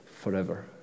forever